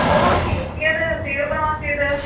पूर्वं कि कियद् स्वीकृतमासीत्